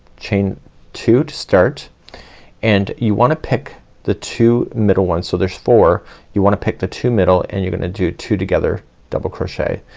chain two to start and you wanna pick the two middle ones. so there's four you wanna pick the two middle and you're gonna do two together double crochet.